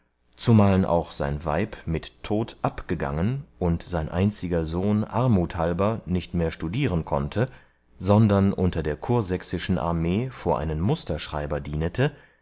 zumaln auch sein weib mit tod abgangen und sein einziger sohn armut halber nicht mehr studieren konnte sondern unter der kursächsischen armee vor einen musterschreiber